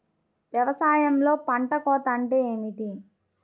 వ్యవసాయంలో పంట కోత అంటే ఏమిటి?